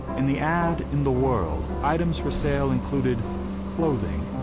in the ad in the world, items for sale included clothing,